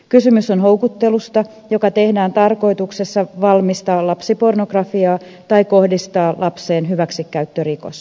kysymys on houkuttelusta joka tehdään tarkoituksessa valmistaa lapsipornografiaa tai kohdistaa lapseen hyväksikäyttörikos